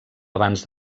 abans